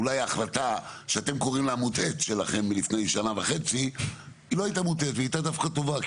אולי ההחלטה שאתם חושבים שהיא מוטעית לא הייתה מוטעית והייתה טובה.